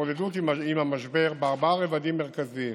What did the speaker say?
להתמודדות עם המשבר בארבעה רבדים מרכזיים: